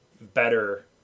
better